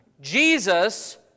Jesus